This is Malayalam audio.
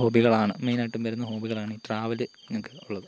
ഹോബികളാണ് മെയിനായിട്ടും വരുന്ന ഹോബികളാണ് ഈ ട്രാവല് ഒക്കെ ഉള്ളത്